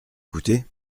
coûté